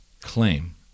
claim